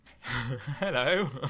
Hello